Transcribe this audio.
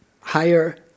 higher